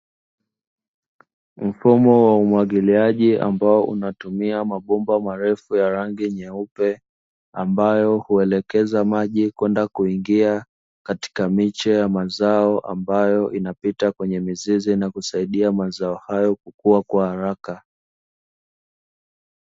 Mfumo wa umwagiliaji ambao unatumia mabomba marefu ya rangi nyeupe, ambayo huelekeza maji kwenda kuingia katika miche ya mazao ambayo inapita kwenye mizizi na kusaidia mazao hayo kukua kwa haraka.